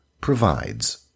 provides